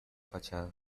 fachada